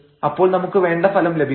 അപ്പോൾ നമുക്ക് വേണ്ട ഫലം ലഭിക്കും